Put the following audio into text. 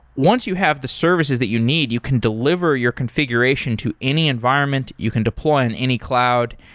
once you have the services that you need, you can delivery your configuration to any environment, you can deploy on any cloud,